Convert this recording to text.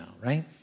right